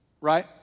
Right